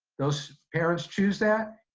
those parents choose that.